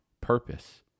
purpose